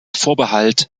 vorbehalt